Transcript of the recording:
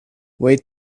wait